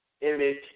image